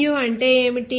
hnu అంటే ఏమిటి